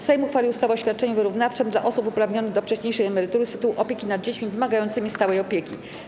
Sejm uchwalił ustawę o świadczeniu wyrównawczym dla osób uprawnionych do wcześniejszej emerytury z tytułu opieki nad dziećmi wymagającymi stałej opieki.